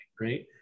right